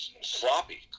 Sloppy